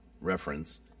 reference